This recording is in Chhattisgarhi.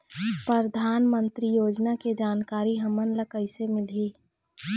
परधानमंतरी योजना के जानकारी हमन ल कइसे मिलही?